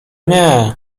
nie